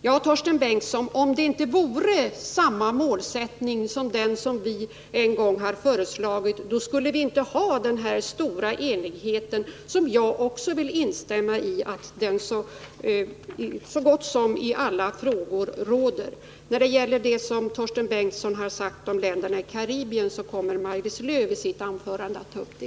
Ja, Torsten Bengtson, om det inte vore samma målsättning som den vi en gång föreslagit, skulle vi inte ha den stora enighet som råder i så gott som alla frågor. Det som Torsten Bengtson sade om länderna i Karibien kommer Maj-Lis Lööw att ta upp i sitt anförande.